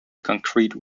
concrete